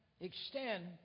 extend